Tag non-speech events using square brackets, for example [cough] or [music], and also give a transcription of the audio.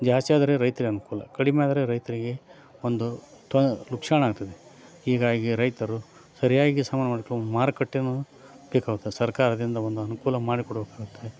ಜಾಸ್ತಿ ಆದರೆ ರೈತರಿಗ್ ಅನುಕೂಲ ಕಡಿಮೆ ಆದರೆ ರೈತರಿಗೆ ಒಂದು ತೊ ಲುಕ್ಸಾನಾಗ್ತದೆ ಹೀಗಾಗಿ ರೈತರು ಸರಿಯಾಗಿ [unintelligible] ಮಾರುಕಟ್ಟೇಯೂ ಬೇಕಾಗುತ್ತೆ ಸರ್ಕಾರದಿಂದ ಒಂದು ಅನುಕೂಲ ಮಾಡಿ ಕೊಡಬೇಕಾಗುತ್ತದೆ